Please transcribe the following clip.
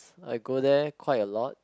I go there quite a lot